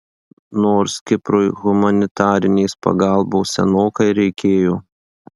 nors kiprui humanitarinės pagalbos senokai reikėjo